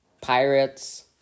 Pirates